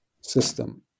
system